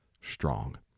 strong